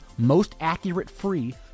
mostaccuratefree